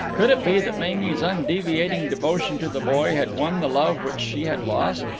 could it be that mamie's undeviating devotion to the boy had won the love which she had lost?